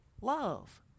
love